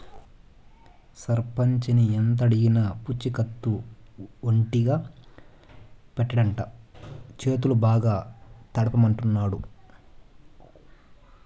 సర్పంచిని ఎంతడిగినా పూచికత్తు ఒట్టిగా పెట్టడంట, చేతులు బాగా తడపమంటాండాడు